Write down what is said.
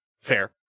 Fair